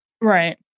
Right